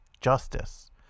justice